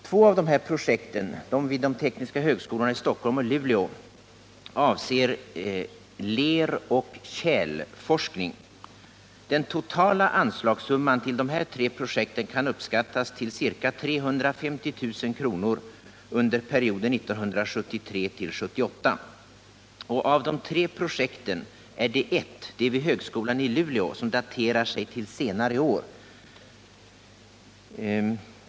Två av projekten, nämligen vid de tekniska högskolorna i Stockholm och Luleå, avser leroch tjälforskning. Den totala anslagssumman till dessa tre projekt kan uppskattas till ca 350 000 kr. under perioden 1973-1978. Av de tre projekten är det ett — det vid högskolan i Luleå — som daterar sig till senare år.